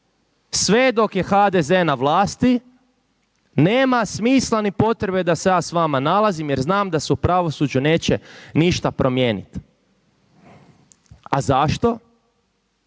sve dok je HDZ na vlasti nema smisla ni potrebe da se ja vama nalazim, jer znam da se u pravosuđu neće ništa promijeniti. A zašto?